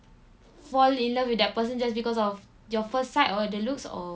fall in love with that person just because of your first sight or the looks or